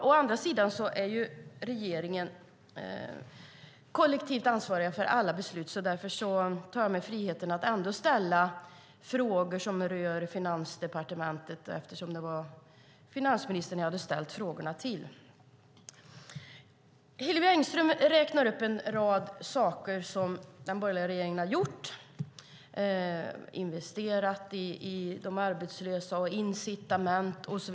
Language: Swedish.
Å andra sidan är regeringen kollektivt ansvarig för alla beslut, och därför tar jag mig friheten att ändå ställa frågor som rör Finansdepartementet - eftersom det var finansministern jag hade ställt frågorna till. Hillevi Engström räknar upp en rad saker som den borgerliga regeringen har gjort, till exempel investerat i de arbetslösa och incitament.